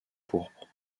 pourpres